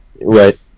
right